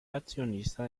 accionista